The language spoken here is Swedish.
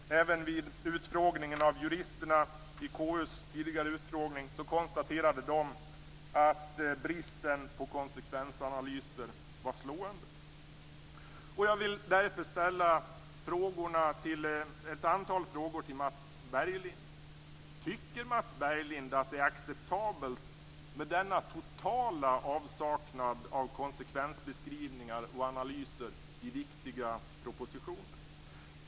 Även vid utfrågningen av juristerna i KU tidigare konstaterade de att bristen på konsekvensanalyser var slående. Jag vill därför ställa ett antal frågor till Mats Berglind: Tycker Mats Berglind att det är acceptabelt med denna totala avsaknad av konsekvensbeskrivningar och analyser i viktiga propositioner?